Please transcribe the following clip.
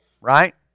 right